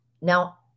Now